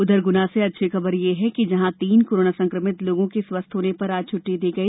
उधर गुना से अच्छी खबर है जहां तीन कोरोना संक्रमित लोगों के स्वस्थ्य होने पर आज छुट्टी दी गई